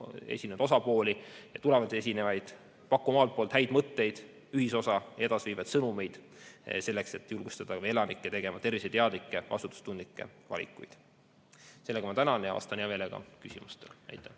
esinenud osapooli ja tulevasi esinejaid pakkuma omalt poolt häid mõtteid, ühisosa ja edasiviivaid sõnumeid selleks, et julgustada elanikke tegema terviseteadlikke ja vastutustundlikke valikuid. Ma tänan ja vastan hea meelega küsimustele. Aitäh!